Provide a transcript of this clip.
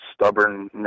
stubbornness